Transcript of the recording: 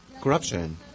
Corruption